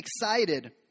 excited